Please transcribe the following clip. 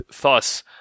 thus